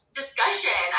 discussion